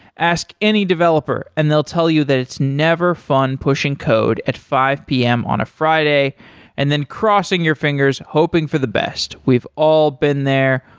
ask any developer and they'll tell you that it's never fun pushing code at five p m. on a friday and then crossing your fingers hoping for the best. we've all been there.